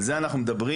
על זה אנחנו מדברים.